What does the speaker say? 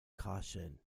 caution